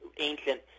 ancient